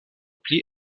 pli